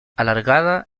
alargada